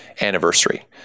anniversary